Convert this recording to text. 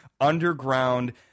underground